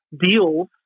deals